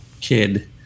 kid